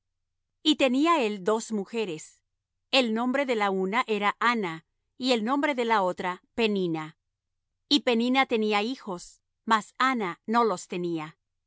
y tenía él dos mujeres el nombre de la una era anna y el nombre de la otra peninna y peninna tenía hijos mas anna no los tenía